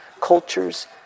cultures